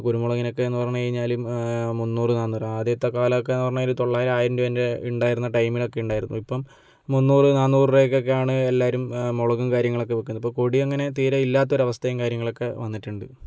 കുരുമുളകിനൊക്കെയെന്ന് പറഞ്ഞ് കഴിഞ്ഞാലും മുന്നൂറ് നാന്നൂറ് ആദ്യത്തെ കലമൊക്കെയെന്ന് പറഞ്ഞാൽ ഒരു തൊള്ളായിരം ആയിരം രൂപയുടെ ഉണ്ടായിരുന്ന ടൈമിലൊക്കെ ഉണ്ടായിരുന്നു ഇപ്പം മുന്നൂറ് നാന്നൂറ് രൂപക്കൊക്കെ ആണ് എല്ലാവരും മുളകും കാര്യങ്ങളൊക്കെ വിൽക്കുന്നത് ഇപ്പം കൊടി അങ്ങനെ തീരെ ഇല്ലാത്ത അവസ്ഥയും കാര്യങ്ങളൊക്കെ വന്നിട്ടുണ്ട്